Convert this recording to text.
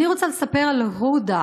אני רוצה לספר על הודא,